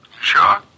Sure